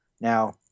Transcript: Now